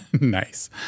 Nice